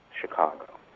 Chicago